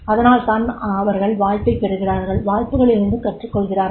அதனால் அவர்கள் வாய்ப்பைப் பெறுகிறார்கள் வாய்ப்புகளிலிருந்து கற்றுக்கொள்கிறார்கள்